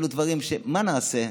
אלו דברים, מה נעשה?